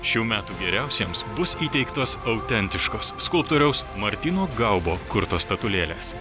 šių metų geriausiems bus įteiktos autentiškos skulptoriaus martyno gaubo kurtos statulėlės